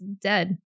dead